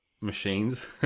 machines